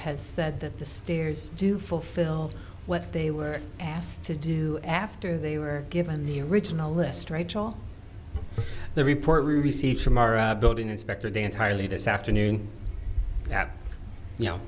has said that the stairs do fulfill what they were asked to do after they were given the original list rachel the report received from our building inspector de entirely this afternoon that you know